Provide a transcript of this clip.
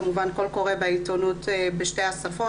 כמובן קול קורא בשתי השפות,